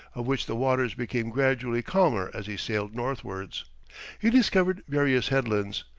of which the waters became gradually calmer as he sailed northwards he discovered various headlands,